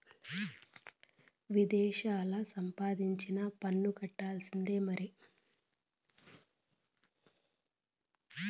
విదేశాల్లా సంపాదించినా పన్ను కట్టాల్సిందే మరి